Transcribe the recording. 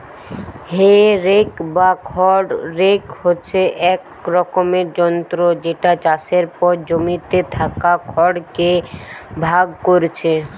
হে rake বা খড় rake হচ্ছে এক রকমের যন্ত্র যেটা চাষের পর জমিতে থাকা খড় কে ভাগ কোরছে